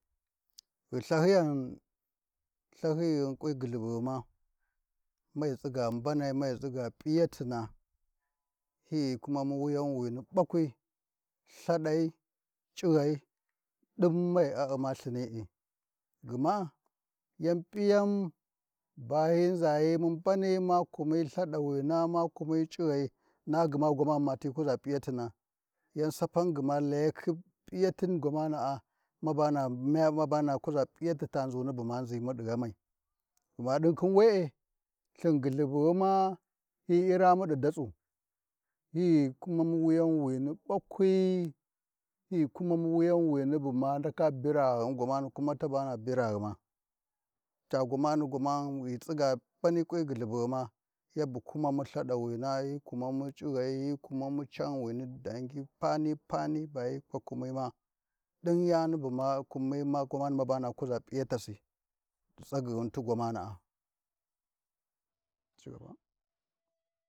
Ghi Lthalyiyan, Lthahighin kwi gyullu ghima, mai tsiga mbanai mai tsiga p’iyatina hyi kumanu wuyanwini ɓakwi, Lthaɗai, C’ighai ɗin mai U-U’mma Lthini gma yan P’iyan ba hyi nzayimu mbanai, ma kumi Lthadai ma kumi c’ighai, na gma ma mati kuʒa p’iyatina yan sapan gma kuzakhi p’iyatin gwamana’a, ma bana mya mabana kuʒa p’iyati ta nʒuni buma nʒimu ɗi ghamai, gma ɗin khin we-e, Lthin gyullhu ghima, hyi iramu ɗi datsu, hyi kumamu wuyan wini ɓakwi, hyi kuwanu wuyan wini bu ma ndaka bira ghanghun gwamana, kuma tabana biraghima ca gwamana, gwamani wi tsiga mbanikwi gyulhubgi ma, yabu kuma mu Lthaɗawana, yabu kuma nu c’ighai hyi kumi canwini danyi pani papi ba hyi kwakumima, ɗin yani buma kumi gwamana mbana kuʒa P’iyatasi ɗi tsagy’ghin ti gwamana’a.